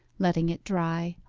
letting it dry,